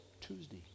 Tuesday